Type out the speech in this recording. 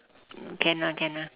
can ah can ah